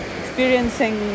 experiencing